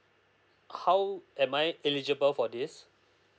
how am I eligible for this